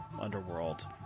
underworld